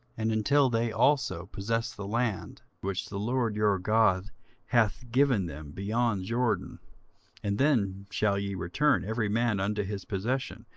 and until they also possess the land which the lord your god hath given them beyond jordan and then shall ye return every man unto his possession,